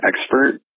expert